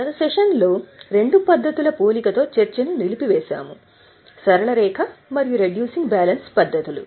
గత సెషన్ లో రెండు పద్ధతుల పోలికతో చర్చను నిలిపివేసాము సరళ రేఖ మరియు రెడ్యూసింగ్ బ్యాలెన్స్ పద్ధతి